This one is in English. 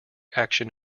action